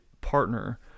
partner